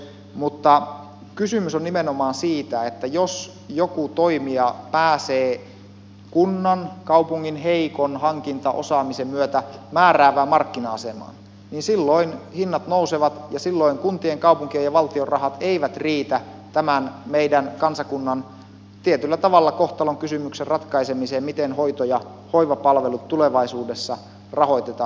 vaan kysymys on nimenomaan siitä että jos joku toimija pääsee kunnan kaupungin heikon hankintaosaamisen myötä määräävään markkina asemaan niin silloin hinnat nousevat ja silloin kuntien kaupunkien ja valtion rahat eivät riitä tämän meidän kansakunnan tietyllä tavalla kohtalonkysymyksen ratkaisemiseen miten hoito ja hoivapalvelut tulevaisuudessa rahoitetaan